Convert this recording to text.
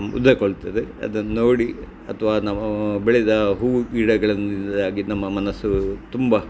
ಮುದಗೊಳ್ತದೆ ಅದನ್ನ ನೋಡಿ ಅಥವಾ ನಾವು ಬೆಳೆದ ಹೂವು ಗಿಡಗಳಿಂದಾಗಿ ನಮ್ಮ ಮನಸ್ಸು ತುಂಬ